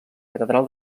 catedral